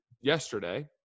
yesterday